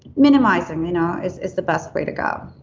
minimize them you know is is the best way to go.